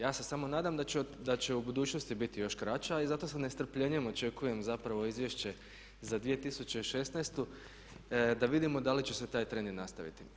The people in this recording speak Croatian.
Ja se samo nadam da će u budućnosti biti još kraća i zato sa nestrpljenjem očekujem zapravo izvješće za 2016. da vidimo da li će se taj trend i nastaviti.